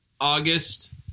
August